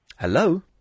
Hello